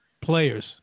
players